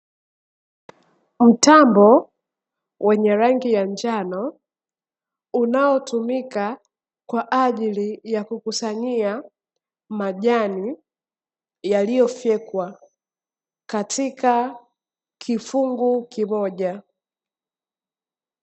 Mtambo wenye rangi ya njano, unaotumika kwa ajili ya kukusanyia majani yaliyofyekwa katika kifungu kimoja.